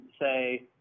say